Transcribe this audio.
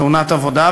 תאונת עבודה,